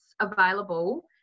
available